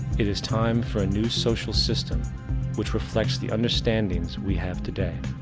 it is time for a new social system which reflects the understandings we have today.